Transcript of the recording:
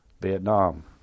Vietnam